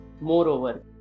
Moreover